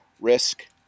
risk